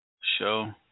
show